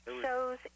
shows